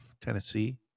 Tennessee